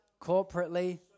corporately